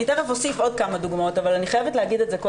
אני תכף אוסיף עוד כמה דוגמאות אבל קודם כל אני חייבת לומר את זה.